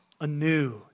anew